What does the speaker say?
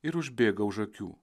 ir užbėga už akių